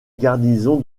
garnison